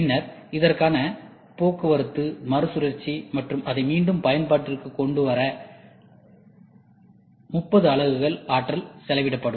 பின்னர் இதற்கான போக்குவரத்து மறுசுழற்சி மற்றும் அதை மீண்டும் பயன்பாட்டிற்கு கொண்டு கொண்டுவர 30 அலகுகள் ஆற்றல் செலவிடப்படும்